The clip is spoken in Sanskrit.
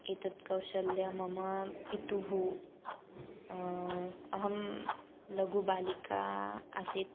एतत् कौशलं मम पितुः अहं लघुबालिका आसं